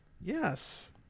yes